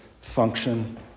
function